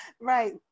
Right